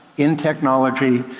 in technology,